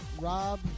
Rob